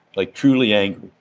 like truly angry.